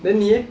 then 你 eh